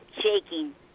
shaking